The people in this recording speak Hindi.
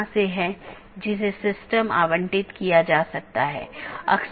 2 अपडेट मेसेज राउटिंग जानकारी को BGP साथियों के बीच आदान प्रदान करता है